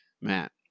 Matt